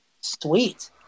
Sweet